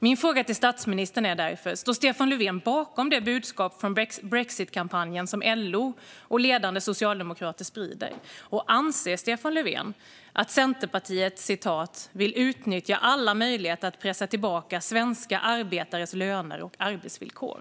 Min fråga till statsministern är därför: Står Stefan Löfven bakom det budskap från brexitkampanjen som LO och ledande socialdemokrater sprider, och anser Stefan Löfven att Centerpartiet vill utnyttja alla möjligheter att pressa tillbaka svenska arbetares löner och arbetsvillkor?